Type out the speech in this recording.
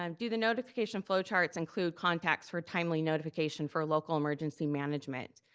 um do the notification flow charts include contacts for timely notification for local emergency management?